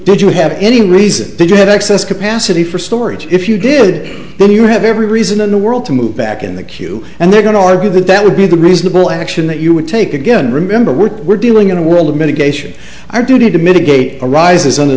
did you have any reason did you have excess capacity for storage if you did then you have every reason in the world to move back in the queue and they're going to argue that that would be the reasonable action that you would take again remember we're we're dealing in a world of mitigation our duty to mitigate arises under